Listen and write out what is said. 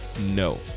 no